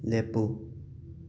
ꯂꯦꯞꯄꯨ